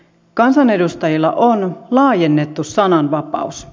kansanedustajilla on laajennettu sananvapaus